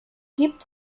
gibt